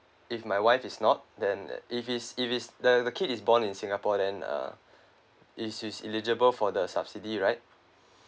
if my wife is not then if he's if he's the the kid is born in singapore then uh is he eligible for the subsidy right